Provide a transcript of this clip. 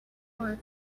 work